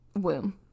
womb